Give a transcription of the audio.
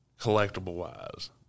collectible-wise